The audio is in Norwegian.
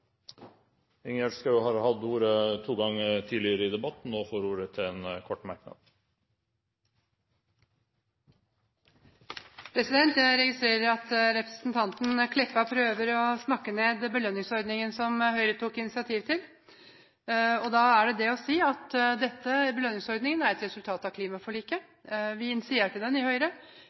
har hatt ordet to ganger tidligere i debatten og får ordet til en kort merknad, begrenset til 1 minutt. Jeg registrerer at representanten Meltveit Kleppa prøver å snakke ned belønningsordningen som Høyre tok initiativ til. Til det er det å si at belønningsordningen er et resultat av klimaforliket. Vi i Høyre initierte den,